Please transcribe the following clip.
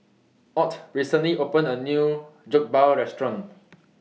Ott recently opened A New Jokbal Restaurant